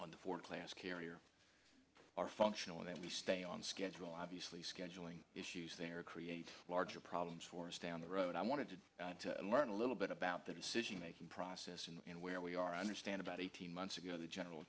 for class carrier are functional and we stay on schedule obviously scheduling issues there create larger problems for us down the road i wanted to learn a little bit about the decision making process and where we are understand about eighteen months ago the general